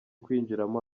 kwinjiramo